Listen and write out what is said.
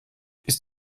ist